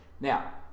Now